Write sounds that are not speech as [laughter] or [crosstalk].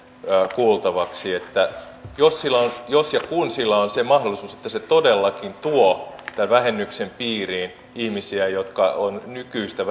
kuultavaksi että jos ja kun siinä on se mahdollisuus että se todellakin tuo tämän vähennyksen piiriin ihmisiä jotka ovat nykyisten [unintelligible]